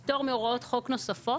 ניירות ערך לפטירת מאורעות חוק נוספים